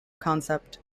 concept